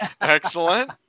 excellent